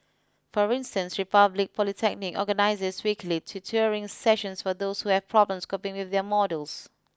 for instance Republic Polytechnic organises weekly tutoring sessions for those who have problems coping with their modules